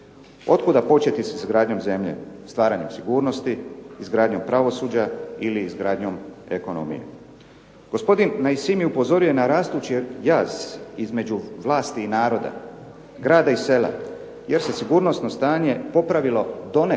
Otkuda početi sa izgradnjom zemlje? Stvaranjem sigurnosti, izgradnjom pravosuđa ili izgradnjom ekonomije. Gospodin Nesimi upozorio je na rastući jaz između vlasti i naroda, grada i sela jer se sigurnosno stanje popravilo donekle.